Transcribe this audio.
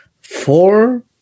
four